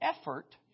effort